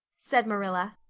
said marilla.